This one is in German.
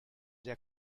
der